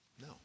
no